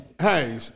Hey